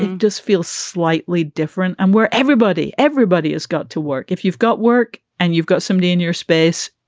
it does feel slightly different. and where everybody everybody has got to work. if you've got work and you've got somebody in your space,